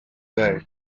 day